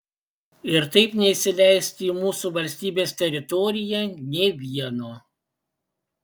ir taip neįsileisti į mūsų valstybės teritoriją nė vieno